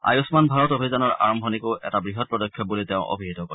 আয়ুগ্মান ভাৰত অভিযানৰ আৰম্ভণিকো এটা বৃহৎ পদক্ষেপ বুলি তেওঁ অভিহিত কৰে